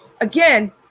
again